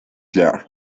clark